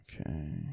Okay